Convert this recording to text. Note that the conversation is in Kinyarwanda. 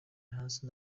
hasi